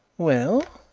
well?